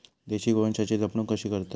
देशी गोवंशाची जपणूक कशी करतत?